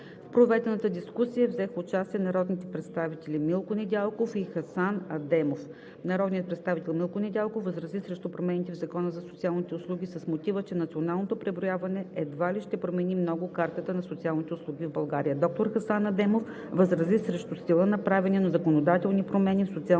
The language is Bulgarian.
В проведената дискусия взеха участие народните представители Милко Недялков и Хасан Адемов. Народният представител Милко Недялков възрази срещу промените в Закона за социалните услуги с мотива, че националното преброяване едва ли ще промени много картината на социалните услуги в България. Доктор Хасан Адемов възрази срещу стила на правенето на законодателни промени в социалното